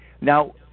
Now